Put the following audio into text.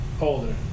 Older